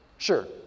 Sure